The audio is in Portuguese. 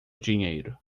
dinheiro